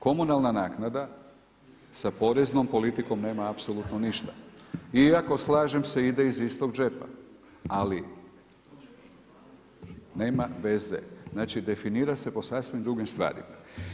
Komunalna naknada sa poreznom politikom nema apsolutno ništa, iako slažem se ide iz istog džepa, ali nema veze, znači definira se po sasvim drugim stvarima.